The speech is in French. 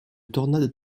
tornade